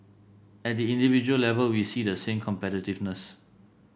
at the individual level we see the same competitiveness